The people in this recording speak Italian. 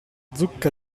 zucca